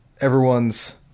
everyone's